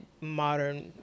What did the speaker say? modern